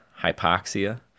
hypoxia